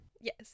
Yes